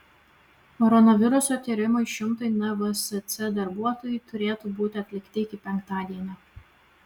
koronaviruso tyrimai šimtui nvsc darbuotojų turėtų būti atlikti iki penktadienio